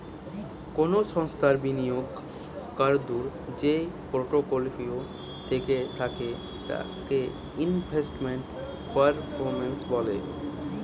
কোনো সংস্থার বিনিয়োগ করাদূঢ় যেই পোর্টফোলিও থাকে তাকে ইনভেস্টমেন্ট পারফরম্যান্স বলে